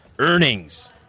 Earnings